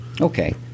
Okay